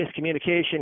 miscommunication